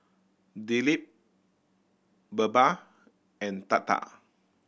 Dilip Birbal and Tata